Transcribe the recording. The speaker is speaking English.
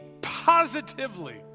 positively